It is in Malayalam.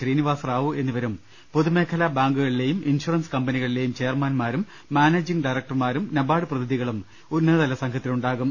ശ്രീനിവാസ റാവു എന്നിവരും പൊതുമേഖലാ ബാങ്കുകളിലെയും ഇൻഷുറൻസ് കമ്പനികളിലെയും ചെയർമാൻമാരും മാനേജിംഗ് ഡയറക്ടർമാരും നബാർഡ് പ്രതിനിധികളും ഉന്നതതല സംഘത്തിലുണ്ടാകും